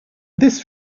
this